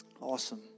Awesome